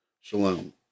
Shalom